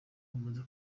amaze